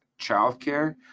childcare